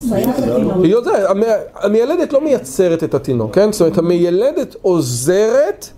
היא יודעת, המילדת לא מייצרת את התינוק, זאת אומרת המילדת עוזרת